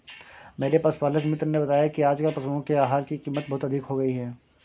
मेरे पशुपालक मित्र ने बताया कि आजकल पशुओं के आहार की कीमत बहुत अधिक हो गई है